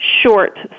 short